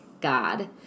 God